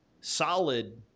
solid